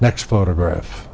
next photograph